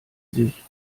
sich